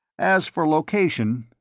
as for location,